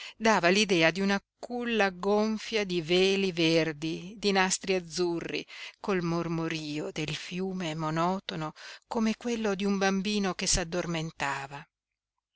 dava l'idea di una culla gonfia di veli verdi di nastri azzurri col mormorio del fiume monotono come quello di un bambino che